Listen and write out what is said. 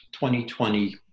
2020